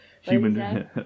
Human